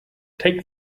take